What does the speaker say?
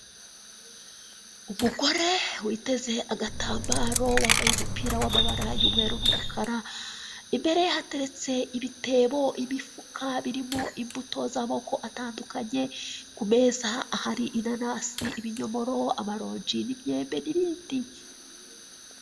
Umugore witeze agatambaro wambaye umupira w'amabara y'umweru n'umukara, imbere ye hateretse ibitebo imifuka birimo imbuto zamoko atandukanye kumeza hari inanasi, ibinyomoro, amaronji n'imyembe nibindi.